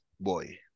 boy